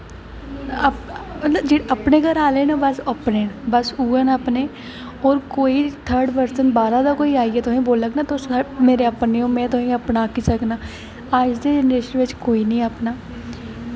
जेह्ड़े अपनें घरे आह्ले ना उ'ऐ न अपने होर कोई थर्ड परसन बाह्रा दा आइयै बोलग न तुस मेरे अपने ओ में तुसेंगी अपना आक्खी सकना अज्ज दा जनरेशन बिच्च कोई निं ऐ अपना